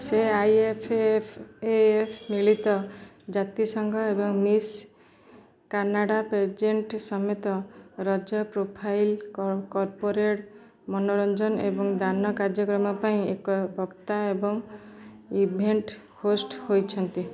ସେ I F F A ମିଳିତ ଜାତିସଂଘ ଏବଂ ମିସ୍ କାନାଡ଼ା ପ୍ରେଜେଣ୍ଟ ସମେତ ରଜ ପ୍ରୋଫାଇଲ୍ କର୍ପୋରେଟ୍ ମନୋରଞ୍ଜନ ଏବଂ ଦାନ କାର୍ଯ୍ୟକ୍ରମ ପାଇଁ ଏକ ବକ୍ତା ଏବଂ ଇଭେଣ୍ଟ ହୋଷ୍ଟ ହୋଇଛନ୍ତି